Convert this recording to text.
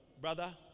Brother